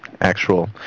actual